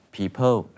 People